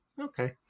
okay